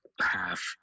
half